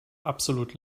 absolut